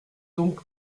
donc